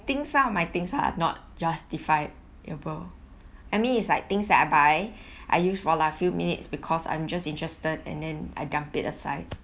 think some of my things are not justifiable I mean it's like things that I buy I used for like few minutes because I'm just interested and then I dump it aside